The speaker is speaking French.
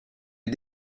est